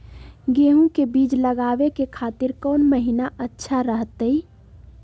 गेहूं के बीज लगावे के खातिर कौन महीना अच्छा रहतय?